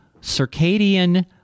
circadian